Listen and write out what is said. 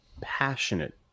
passionate